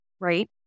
right